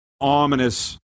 ominous